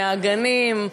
מהגנים.